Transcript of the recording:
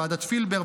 ועדת פילבר,